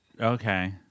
Okay